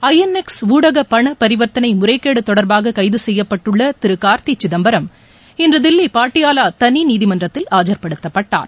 ஐ N X ஊடக பண பரிவர்த்தனை முறைகேடு தொடர்பாக கைது செய்யப்பட்டுள்ள திரு கார்த்தி சிதம்பரம் இன்றுதில்லி பாட்டியாலா தனி நீதிமன்றத்தில் ஆஜர்படுத்தப்பட்டார்